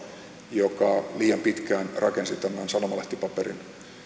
joka liian pitkään rakensi tämän sanomalehtipaperin